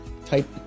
Type